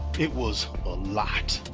it was a lot,